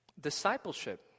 discipleship